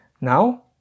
Now